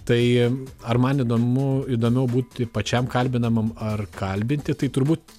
tai ar man įdomu įdomiau būti pačiam kalbinamam ar kalbinti tai turbūt